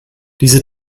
diese